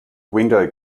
window